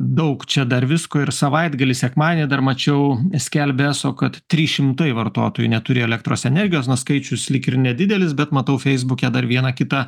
daug čia dar visko ir savaitgalį sekmadienį dar mačiau skelbia eso kad trys šimtai vartotojų neturi elektros energijos nu skaičius lyg ir nedidelis bet matau feisbuke dar vieną kitą